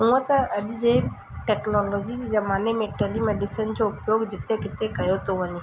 हूअं त अॼ जे टैक्नोलॉजी जी ज़माने में टैलीमैडिसन जो उपयोग जिते किथे कयो थो वञे